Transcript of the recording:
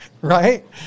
right